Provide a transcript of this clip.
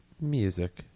Music